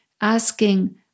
asking